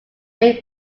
made